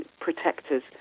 protectors